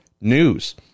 news